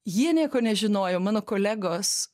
jie nieko nežinojo mano kolegos